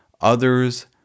others